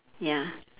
ya